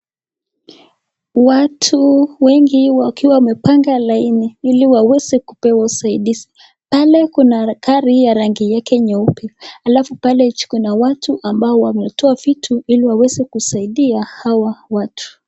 Watu wengi wakiwa wamepanga laini hili waweze kupewa usadizi, pale kuna gari ya rangi ya nyeupe , alafu pale kuna watu ambao wametoa vitu hili waweze kusaidia hawa watu.